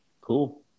Cool